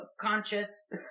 conscious